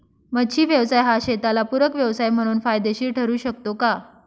मच्छी व्यवसाय हा शेताला पूरक व्यवसाय म्हणून फायदेशीर ठरु शकतो का?